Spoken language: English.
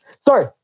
Sorry